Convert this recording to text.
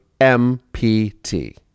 MPT